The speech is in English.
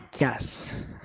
Yes